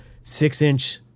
six-inch